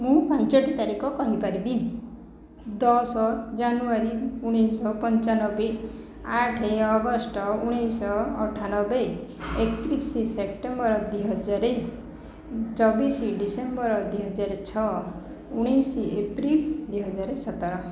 ମୁଁ ପାଞ୍ଚୋଟି ତାରିଖ କହିପାରିବି ଦଶ ଜାନୁଆରୀ ଉଣେଇଶ ପଞ୍ଚାନବେ ଆଠ ଅଗଷ୍ଟ ଉଣେଇଶ ଅଠାନବେ ଏକତିରିଶ ସେପ୍ଟେମ୍ବର ଦୁଇ ହଜାର ଚବିଶ ଡିସେମ୍ବର ଦୁଇ ହଜାର ଛଅ ଉଣେଇଶ ଏପ୍ରିଲ ଦୁଇ ହଜାର ସତର